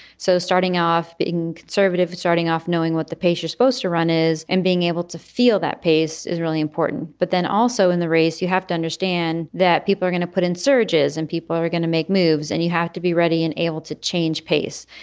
so starting off, being conservative, starting off, knowing what the pace you're supposed to run is and being able to feel that pace is really important. but then also in the race, you have to understand that people are going to put in surges and people are going to make moves and you have to be ready and able to change pace.